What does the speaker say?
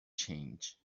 change